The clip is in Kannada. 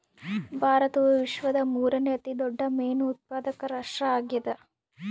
ಭಾರತವು ವಿಶ್ವದ ಮೂರನೇ ಅತಿ ದೊಡ್ಡ ಮೇನು ಉತ್ಪಾದಕ ರಾಷ್ಟ್ರ ಆಗ್ಯದ